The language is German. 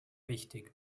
wichtig